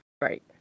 right